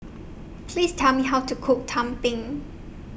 Please Tell Me How to Cook Tumpeng